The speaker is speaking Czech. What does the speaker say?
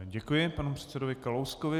Děkuji panu předsedovi Kalouskovi.